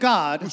God